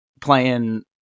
playing